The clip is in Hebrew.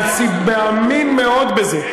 מאמין מאוד בזה.